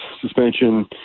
suspension